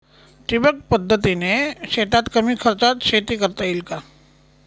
ठिबक पद्धतीने शेतात कमी खर्चात शेती करता येईल का?